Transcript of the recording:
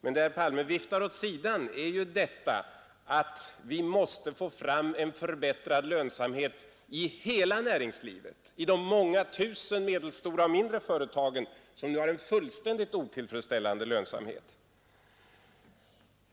Men det herr Palme viftar åt sidan är ju detta att vi måste få fram en förbättrad lönsamhet i hela näringslivet, i de många tusen medelstora och mindre företagen som nu har en fullständigt otillfredsställande lönsamhet.